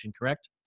correct